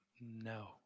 No